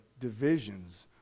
divisions